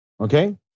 Okay